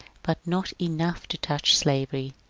but not enough to touch slavery.